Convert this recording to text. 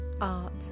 art